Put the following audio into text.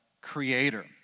creator